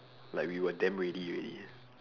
like we were damn ready already